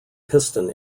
piston